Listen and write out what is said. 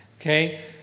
Okay